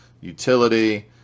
utility